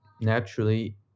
naturally